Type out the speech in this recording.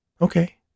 Okay